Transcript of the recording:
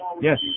Yes